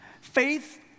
Faith